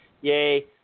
yay